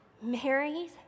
mary